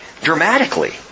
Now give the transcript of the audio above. dramatically